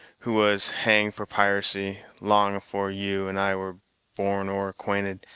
who was hanged for piracy, long afore you and i were born or acquainted,